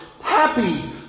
happy